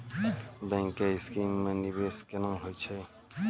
Bank के scheme मे निवेश केना होय छै?